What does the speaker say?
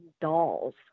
dolls